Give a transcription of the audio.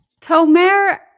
Tomer